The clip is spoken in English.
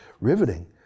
riveting